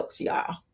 y'all